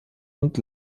und